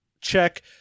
check